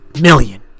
million